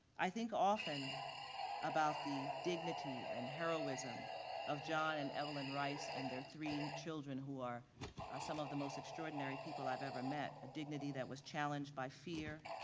i think often about the dignity and heroism of john and evelyn rice and their three children who are some of the most extraordinary people i've ever met. a dignity that was challenged by fear,